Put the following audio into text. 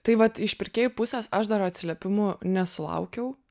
tai vat iš pirkėjų pusės aš dar atsiliepimų nesulaukiau